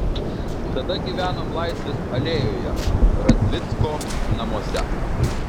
tada gyvenom laisvės alėjoje radzvicko namuose